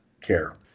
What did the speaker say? care